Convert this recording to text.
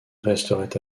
resterait